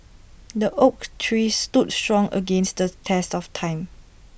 the oak tree stood strong against the test of time